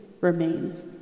remains